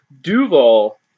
Duval